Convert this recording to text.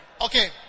Okay